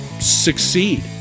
succeed